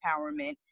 empowerment